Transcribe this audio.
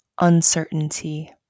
uncertainty